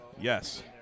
yes